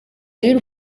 y’u